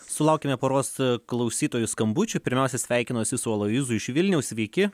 sulaukėme poros klausytojų skambučių pirmiausia sveikinuosi su aloyzu iš vilniaus sveiki